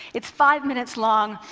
it's five minutes long.